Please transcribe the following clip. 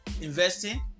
Investing